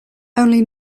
only